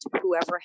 whoever